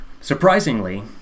Surprisingly